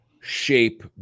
shape